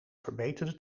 verbeterde